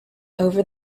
over